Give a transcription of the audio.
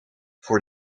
voor